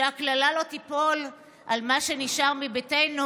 שקללה לא תיפול על מה שנשאר מביתנו.